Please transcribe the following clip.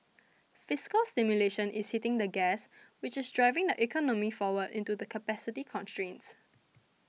fiscal stimulation is hitting the gas which is driving the economy forward into the capacity constraints